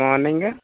morning